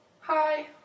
Hi